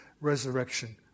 resurrection